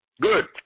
Good